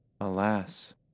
Alas